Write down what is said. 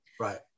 Right